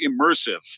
immersive